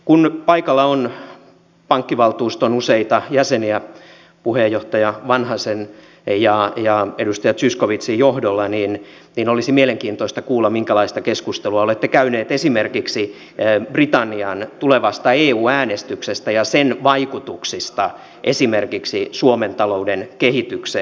kun paikalla on pankkivaltuuston useita jäseniä puheenjohtaja vanhasen ja edustaja zyskowiczin johdolla niin olisi mielenkiintoista kuulla minkälaista keskustelua olette käyneet esimerkiksi britannian tulevasta eu äänestyksestä ja sen vaikutuksista esimerkiksi suomen talouden kehitykseen